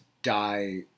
die